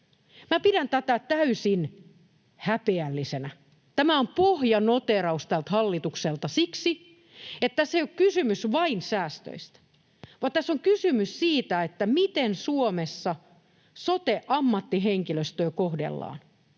pidän tätä täysin häpeällisenä. Tämä on pohjanoteeraus tältä hallitukselta siksi, että tässä ei ole kysymys vain säästöistä, vaan tässä on kysymys siitä, miten Suomessa sote-ammattihenkilöstöä kohdellaan.